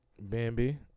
Bambi